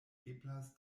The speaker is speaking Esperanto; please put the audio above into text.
eblas